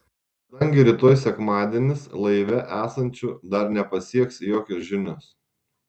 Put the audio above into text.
kadangi rytoj sekmadienis laive esančių dar nepasieks jokios žinios